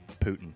Putin